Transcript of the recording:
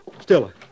Stella